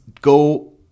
go